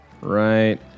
right